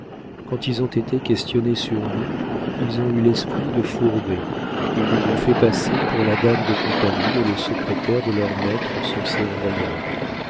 quand ils ont été questionnés sur nous ils ont eu l'esprit de fourber ils nous ont fait passer pour la dame de compagnie et le secrétaire de leurs maîtres censés en voyage